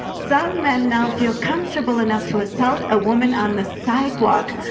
some men now feel comfortable enough to assault a woman on the sidewalk,